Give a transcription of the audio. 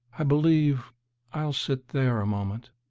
i believe i'll sit there a moment,